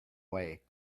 way